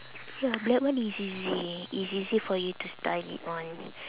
eh black one is easy it's easier for you to style it on